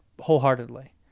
wholeheartedly